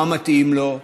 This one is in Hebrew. מה מתאים לו.